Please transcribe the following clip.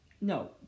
No